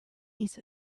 eat